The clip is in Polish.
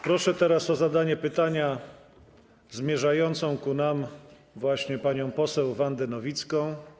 Proszę teraz o zadanie pytania zmierzającą ku nam właśnie panią poseł Wandę Nowicką.